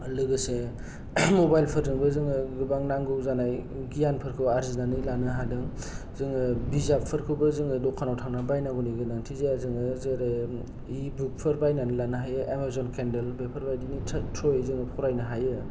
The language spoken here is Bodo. लोगोसे मबाइलफोरजोंबो जोङो गोबां नांगौ जानाय गियानफोरखौ आरजिनानै लानो हादों जोङो बिजाबफोरखौबो जोङो दखानाव थांनानै बायनांगौनि गोनांथि जाया जोङो जेरै इ बुकफोर बायनानै लानो हायो जेरै एमाजन किनदल बेफोर बादिनि थ्रयै जों फरायनो हायो